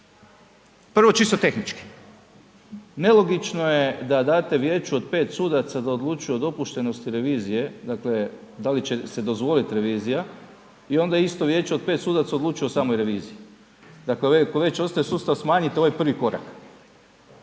prvo čisto tehnički. Nelogično je da date vijeću od 5 sudaca da odlučuje o dopuštenosti revizije, dakle da li će se dozvolit revizija i onda isto vijeće od 5 sudaca odlučuje o samoj reviziji. Dakle, ako već ostaje sustav smanjit ovaj prvi korak,